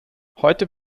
heute